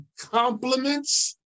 compliments